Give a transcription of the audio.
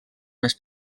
més